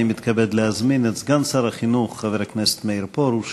אני מבקש להזמין את סגן שר החינוך חבר הכנסת מאיר פרוש